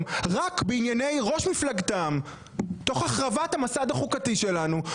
רק בענייני ראש מפלגתם תוך החרבת המסד החוקתי שלנו,